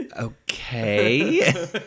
Okay